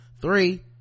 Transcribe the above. three